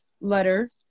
letter